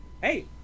Hey